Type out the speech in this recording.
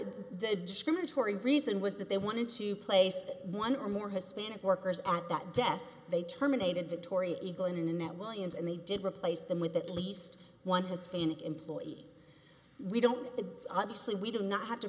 the discriminatory reason was that they wanted to place one or more hispanic workers at that desk they terminated dettori ego and in that williams and they did replace them with at least one hispanic employee we don't obviously we did not have to